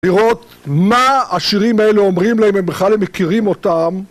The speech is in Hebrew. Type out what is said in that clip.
לראות מה השירים האלה אומרים להם, אם בכלל הם מכירים אותם.